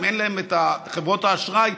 אם אין להם את חברות האשראי,